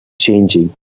changing